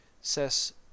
says